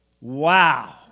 Wow